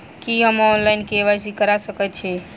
की हम online, KYC करा सकैत छी?